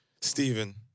Stephen